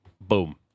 Boom